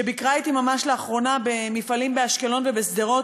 שביקרה אתי ממש לאחרונה במפעלים באשקלון ובשדרות,